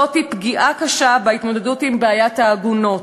זו פגיעה קשה בהתמודדות עם בעיית העגונות,